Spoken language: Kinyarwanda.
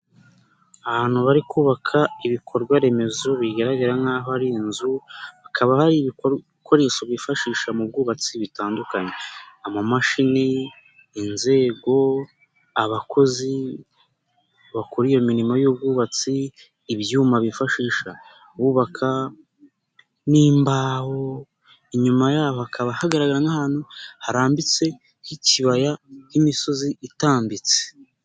Ahantu bari kubaka ibikorwa remezo bigaragara nk'aho ari inzu, hakaba hari ibi ibikoresho bifashisha mu bwubatsi bitandukanye. Amamashini, inzego, abakozi, bakora iyo imirimo y'ubwubatsi ibyuma bifashisha bubaka, n'imbaho inyuma yaho, hakaba hagaragara nk'ahantu harambitse h'ikibaya h'imisozi itambitse.